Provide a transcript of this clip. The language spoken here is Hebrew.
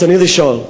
ברצוני לשאול: